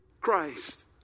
Christ